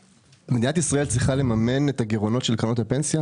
מדינת ישראל צריכה לממן את הגירעונות של קרנות הפנסיה?